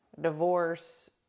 divorce